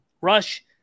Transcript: Rush